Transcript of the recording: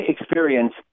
experience